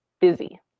busy